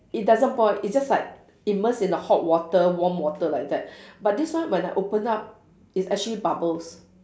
it doesn't boil it's just like immerse in the hot water warm water like that but this one when I open up it's actually bubbles